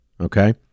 Okay